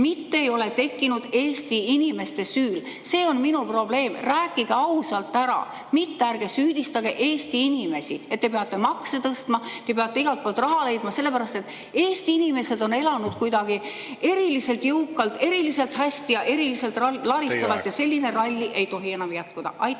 See ei ole tekkinud Eesti inimeste süül. See on minu probleem. Rääkige ausalt ära, mitte ärge süüdistage Eesti inimesi selles, et te peate makse tõstma, igalt poolt raha leidma – just sellepärast, et Eesti inimesed on elanud kuidagi eriliselt jõukalt, eriliselt hästi ja eriliselt laristavalt ja selline ralli ei tohi enam jätkuda. Aitäh!